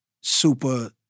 super